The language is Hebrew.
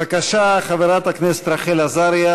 בבקשה, חברת הכנסת רחל עזריה.